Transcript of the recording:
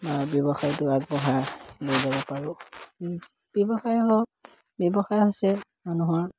বা ব্যৱসায়টো আগবঢ়াই লৈ যাব পাৰোঁ ব্যৱসায় হওক ব্যৱসায় হৈছে মানুহৰ